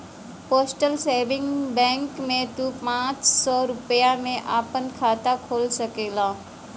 postal saving bank में तू पांच सौ रूपया में आपन खाता खोल सकला